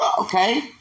Okay